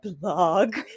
blog